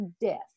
death